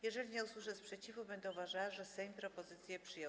Jeżeli nie usłyszę sprzeciwu, będę uważała, że Sejm propozycję przyjął.